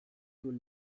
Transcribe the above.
you